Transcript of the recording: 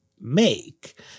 make